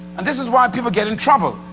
and this is why people get in trouble.